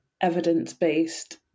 evidence-based